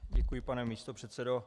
Děkuji, pane místopředsedo.